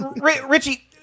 Richie